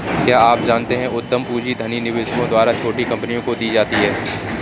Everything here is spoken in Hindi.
क्या आप जानते है उद्यम पूंजी धनी निवेशकों द्वारा छोटी कंपनियों को दी जाती है?